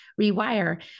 rewire